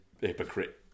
hypocrite